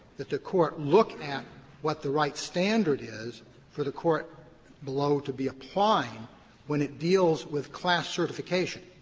that the court look at what the right standard is for the court below to be applying when it deals with class certification.